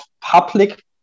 public